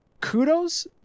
kudos